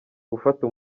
gufata